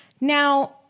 Now